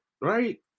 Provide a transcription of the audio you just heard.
right